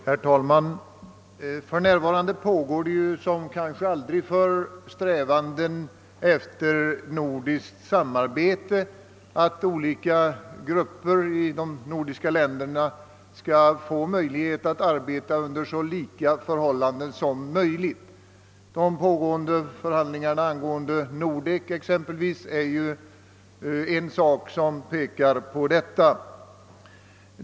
Herr talman! För närvarande strävar man som kanske aldrig förr efter nordiskt samarbete och försöker göra det möjligt för olika grupper i de olika nordiska länderna att arbeta under så lika förhållanden som möjligt. De pågående förhandlingarna om Nordek pekar ju exempelvis på detta.